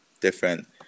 different